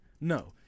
no